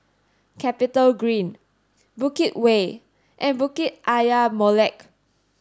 CapitaGreen Bukit Way and Bukit Ayer Molek